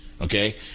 okay